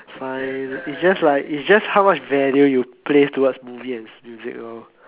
fine it's just like it's just how much value you place towards movie and music lor